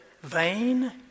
vain